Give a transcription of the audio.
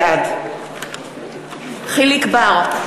בעד יחיאל חיליק בר,